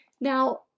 Now